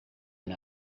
and